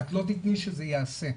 את לא תתני שזה יעשה,